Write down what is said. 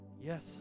Yes